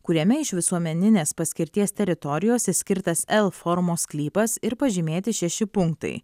kuriame iš visuomeninės paskirties teritorijos išskirtas l formos sklypas ir pažymėti šeši punktai